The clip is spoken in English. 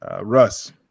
Russ